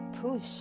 push